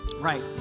right